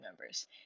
members